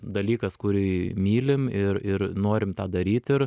dalykas kurį mylim ir ir norim tą daryt ir